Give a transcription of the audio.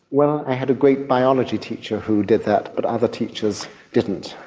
well, i had a great biology teacher who did that, but other teachers didn't.